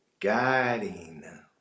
guiding